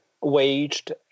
waged